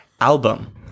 album